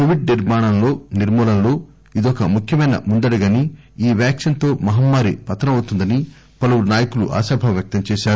Covid నిర్మూలనలో ఇదొక ముఖ్యమైన ముందడుగు అని ఈ వ్యాక్సిన్ తో మహమ్మారి పతనమవుతుందని పలువురు నాయకులు ఆశాభావం వ్యక్తం చేశారు